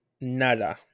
Nada